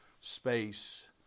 space